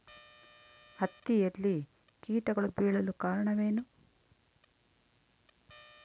ಹತ್ತಿಯಲ್ಲಿ ಕೇಟಗಳು ಬೇಳಲು ಕಾರಣವೇನು?